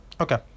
Okay